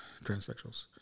transsexuals